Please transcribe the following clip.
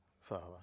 father